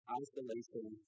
isolation